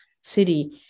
City